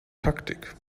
taktik